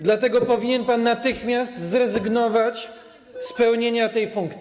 Dlatego powinien pan natychmiast zrezygnować z pełnienia tej funkcji.